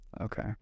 Okay